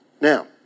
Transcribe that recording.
Now